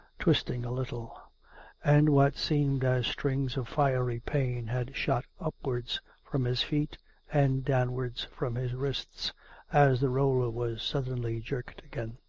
twisting a little and what seemed as strings of fiery pain had shot upwards from his feet and downwards from his wrists as the roller was suddenly jerked again.